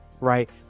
right